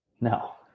No